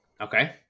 Okay